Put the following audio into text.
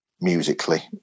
musically